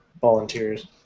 volunteers